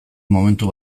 momentu